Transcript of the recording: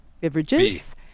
beverages